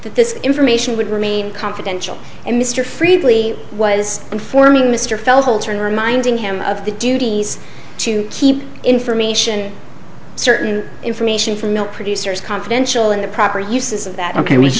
that this information would remain confidential and mr friedly was informing mr felos holter and reminding him of the duties to keep information certain information from ill producers confidential in the proper uses and that ok wh